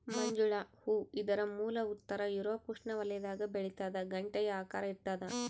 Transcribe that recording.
ಮಂಜುಳ ಹೂ ಇದರ ಮೂಲ ಉತ್ತರ ಯೂರೋಪ್ ಉಷ್ಣವಲಯದಾಗ ಬೆಳಿತಾದ ಗಂಟೆಯ ಆಕಾರ ಇರ್ತಾದ